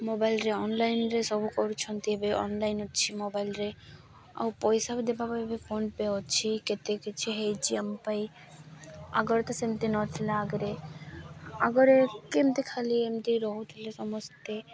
ମୋବାଇଲରେ ଅନଲାଇନ୍ରେ ସବୁ କରୁଛନ୍ତି ଏବେ ଅନଲାଇନ୍ ଅଛି ମୋବାଇଲରେ ଆଉ ପଇସା ବି ଦେବା ପାଇଁ ଏବେ ଫୋନ ପେ ଅଛି କେତେ କିଛି ହେଇଛି ଆମ ପାଇଁ ଆଗରେ ତ ସେମିତି ନ ଥିଲା ଆଗରେ ଆଗରେ କେମିତି ଖାଲି ଏମିତି ରହୁଥିଲେ ସମସ୍ତେ